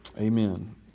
Amen